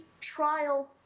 trial